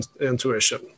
intuition